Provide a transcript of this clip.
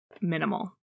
minimal